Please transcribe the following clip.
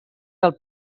del